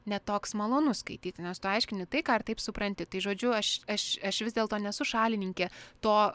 ne toks malonus skaityti nes tu aiškini tai ką ir taip supranti tai žodžiu aš aš aš vis dėlto nesu šalininkė to